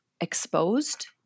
exposed